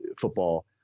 football